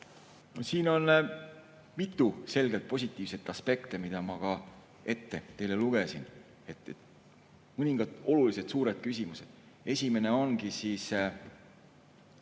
Siin on mitu selgelt positiivset aspekti, mida ma ka ette lugesin. Mõningad on olulised ja suured küsimused. Esimene ongi